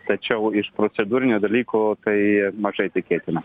tačiau iš procedūrinių dalykų tai mažai tikėtina